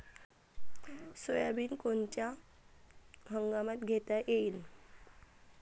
Soybean कोनच्या हंगामात घेता येईन?